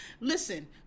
Listen